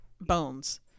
bones